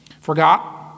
Forgot